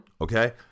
Okay